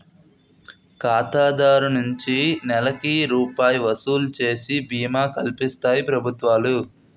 ఖాతాదారు నుంచి నెలకి రూపాయి వసూలు చేసి బీమా కల్పిస్తాయి ప్రభుత్వాలు